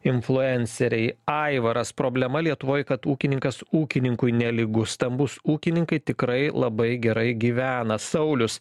influenceriai aivaras problema lietuvoj kad ūkininkas ūkininkui nelygus stambūs ūkininkai tikrai labai gerai gyvena saulius